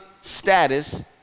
status